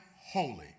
holy